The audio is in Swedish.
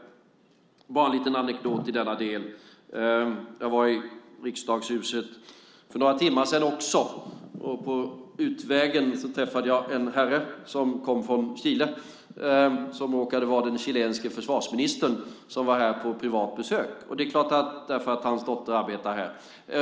Bara en liten anekdot i denna del: Jag var i riksdagshuset för några timmar sedan också. På utvägen träffade jag en herre som kom från Chile som råkade vara den chilenske försvarsministern som var här på privat besök. Hans dotter arbetar här.